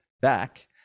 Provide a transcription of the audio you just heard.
back